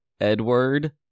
Edward